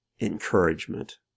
encouragement